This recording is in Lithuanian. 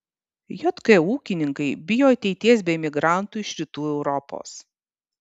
jk ūkininkai bijo ateities be imigrantų iš rytų europos